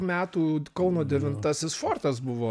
metų kauno devintasis fortas buvo